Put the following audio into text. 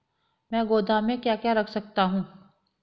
मैं गोदाम में क्या क्या रख सकता हूँ?